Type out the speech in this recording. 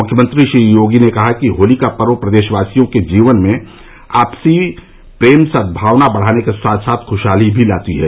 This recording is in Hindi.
मुख्यमंत्री श्री योगी ने कहा है कि होली का पर्व प्रदेशवासियों के जीवन में आपसी प्रेम सदभावना बढ़ाने के साथ साथ खुशहाली भी लाती है